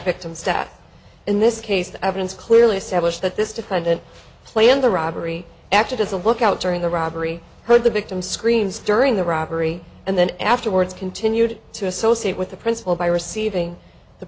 victim step in this case the evidence clearly established that this defendant planned the robbery acted as a lookout during the robbery heard the victim screams during the robbery and then afterwards continued to associate with the principal by receiving the